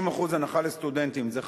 50% הנחה לסטודנטים, זה חשוב,